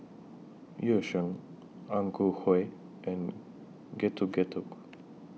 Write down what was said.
Yu Sheng Ang Ku Kueh and Getuk Getuk